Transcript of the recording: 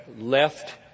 left